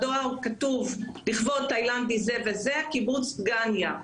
בדואר כתוב לכבוד תאילנדי זה וזה בקיבוץ דגניה,